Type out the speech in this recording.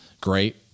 great